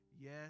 yes